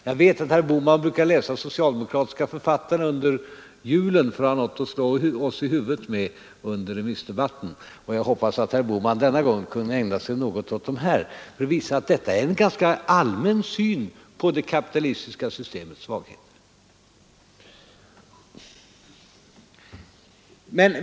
Jag vet att herr Bohman brukar läsa socialdemokratiska författare under julen för att ha något att slå oss i huvudet med under remissdebatten, och jag hoppas att herr Bohman denna gång kan ägna sig något åt de här författarna. Detta är nämligen en ganska allmän syn på det kapitalistiska systemets svagheter.